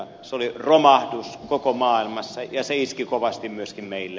se oli romahdus koko maailmassa ja se iski kovasti myöskin meillä